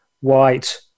white